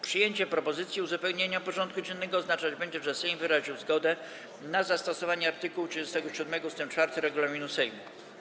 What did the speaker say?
Przyjęcie propozycji uzupełnienia porządku dziennego oznaczać będzie, że Sejm wyraził zgodę na zastosowanie art. 37 ust. 4 regulaminu Sejmu.